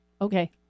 Okay